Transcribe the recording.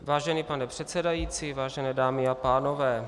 Vážený pane předsedající, vážené dámy a pánové.